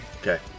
Okay